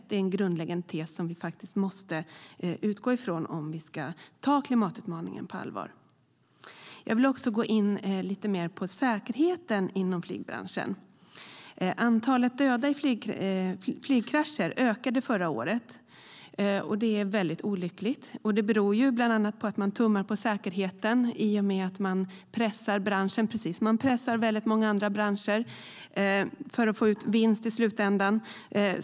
Det är en grundläggande tes som vi måste utgå ifrån om vi ska ta klimatutmaningen på allvar. Jag vill gå in på säkerheten inom flygbranschen. Antalet döda i flygkrascher ökade förra året, vilket är väldigt olyckligt. Det beror bland annat på att man tummar på säkerheten i och med att man pressar branschen, precis som man pressar många andra branscher för att få ut vinst i slutändan.